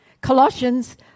Colossians